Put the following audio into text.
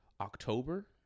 October